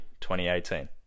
2018